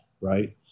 right